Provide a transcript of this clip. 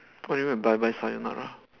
what do you mean by bye bye sayonara